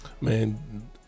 man